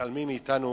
מתעלמים מאתנו